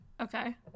Okay